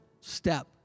step